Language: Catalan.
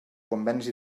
convenis